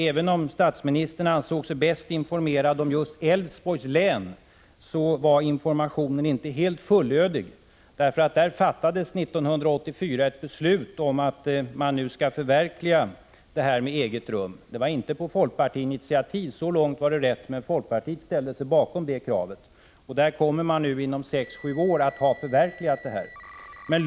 Även om statsministern ansåg sig vara bäst informerad om just Älvsborgs län var informationen inte helt fullödig. Där fattades 1984 ett beslut om att man skulle förverkliga kravet på eget rum. Det skedde inte på folkpartiinitiativ — så långt var det rätt — men folkpartiet ställde sig bakom kravet, som kommer att förverkligas inom sex sju år.